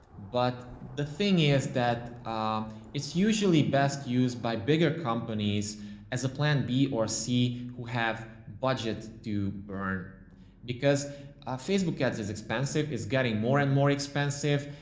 but the thing is that it's usually best used by bigger companies as a plan b or c who have budgets to burn because facebook ads is expensive, is getting more and more expensive.